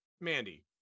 Mandy